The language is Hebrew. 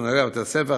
מנהלי בתי-הספר,